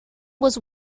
was